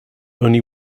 only